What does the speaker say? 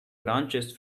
branches